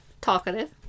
Talkative